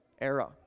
era